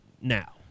now